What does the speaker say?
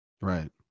Right